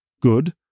good